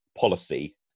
policy